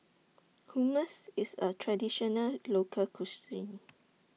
Hummus IS A Traditional Local Cuisine